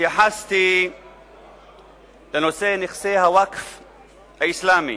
התייחסתי לנושא נכסי הווקף האסלאמי.